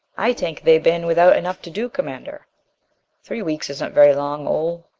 ay tank they bane without enough to do, commander three weeks isn't very long, ole.